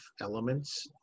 elements